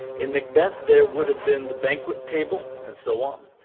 in macbeth there would have been the banquet table, and so on.